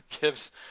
gives